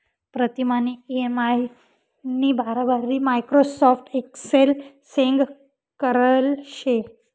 प्रीतमनी इ.एम.आय नी बराबरी माइक्रोसॉफ्ट एक्सेल संग करेल शे